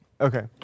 Okay